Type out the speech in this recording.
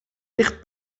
dicht